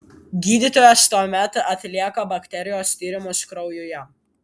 gydytojas tuomet atlieka bakterijos tyrimus kraujuje